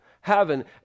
heaven